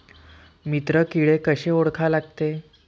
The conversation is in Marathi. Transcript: मित्र किडे कशे ओळखा लागते?